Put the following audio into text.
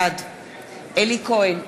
בעד אלי כהן,